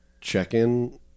check-in